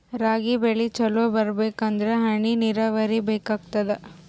ರಾಗಿ ಬೆಳಿ ಚಲೋ ಬರಬೇಕಂದರ ಹನಿ ನೀರಾವರಿ ಬೇಕಾಗತದ?